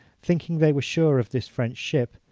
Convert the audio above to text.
thinking they were sure of this french ship,